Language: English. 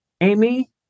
Amy